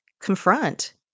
confront